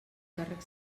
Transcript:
càrrec